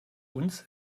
uns